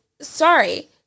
sorry